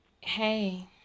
Hey